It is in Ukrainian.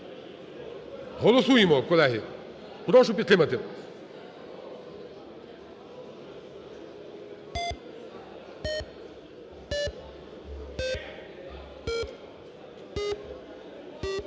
Голосуємо, колеги. Прошу підтримати.